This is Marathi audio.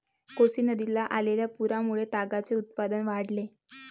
कोसी नदीला आलेल्या पुरामुळे तागाचे उत्पादन वाढले